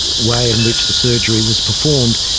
way in which the surgery was performed,